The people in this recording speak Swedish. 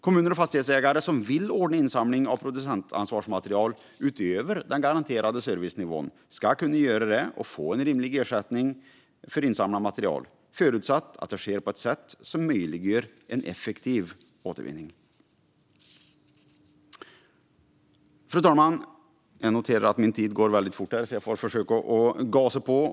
Kommuner och fastighetsägare som vill ordna insamling av producentansvarsmaterial utöver den garanterade servicenivån ska kunna göra det och få en rimlig ersättning för insamlat material, förutsatt det sker på ett sätt som möjliggör en effektiv återvinning. Fru talman! Jag noterar att min talartid snart är slut, och jag ska försöka gasa på.